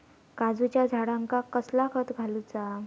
काजूच्या झाडांका कसला खत घालूचा?